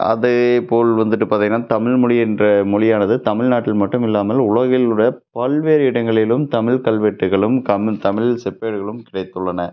அதேபோல் வந்துவிட்டு பார்த்தீங்கன்னா தமிழ் மொழி என்ற மொழியானது தமிழ்நாட்டில் மட்டும் இல்லாமல் உலகில் உள்ள பல்வேறு இடங்களிலும் தமிழ் கல்வெட்டுகளும் கமில் தமிழ் செப்பேடுகளும் கிடைத்துள்ளன